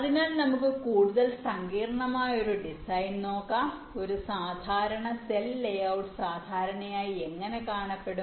അതിനാൽ നമുക്ക് കൂടുതൽ സങ്കീർണ്ണമായ ഒരു ഡിസൈൻ നോക്കാം ഒരു സാധാരണ സെൽ ലേഔട്ട് സാധാരണയായി എങ്ങനെ കാണപ്പെടും